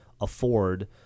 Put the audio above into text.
afford